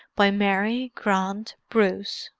by mary grant bruce